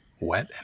wet